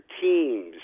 teams